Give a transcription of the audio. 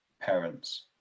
parents